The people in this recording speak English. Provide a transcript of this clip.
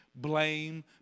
blame